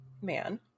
man